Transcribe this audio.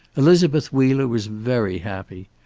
elizabeth wheeler was very happy.